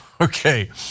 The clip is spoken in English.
Okay